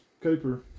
Cooper